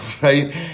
right